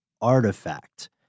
artifact